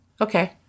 Okay